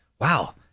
Wow